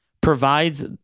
provides